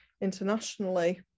internationally